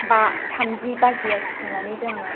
बा थामजि बाजियाव सिखारनानै जोङो